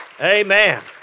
Amen